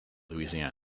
louisiana